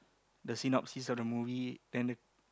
the scene up scenes of the movie then the